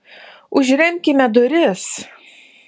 užremkime duris